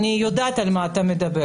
אני יודעת על מה אתה מדבר.